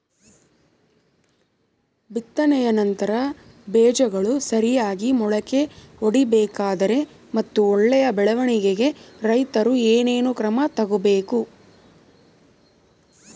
ಬಿತ್ತನೆಯ ನಂತರ ಬೇಜಗಳು ಸರಿಯಾಗಿ ಮೊಳಕೆ ಒಡಿಬೇಕಾದರೆ ಮತ್ತು ಒಳ್ಳೆಯ ಬೆಳವಣಿಗೆಗೆ ರೈತರು ಏನೇನು ಕ್ರಮ ತಗೋಬೇಕು?